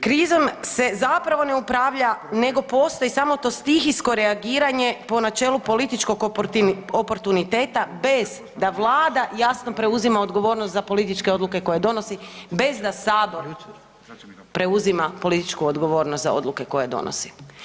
Krizom se zapravo ne upravlja nego postoji samo to stihijsko reagiranje po načelu političko oportuniteta bez da Vlada jasno preuzima odgovornost za političke odluke koje donosi bez da Sabor preuzima političku odgovornost za odluke koje donosi.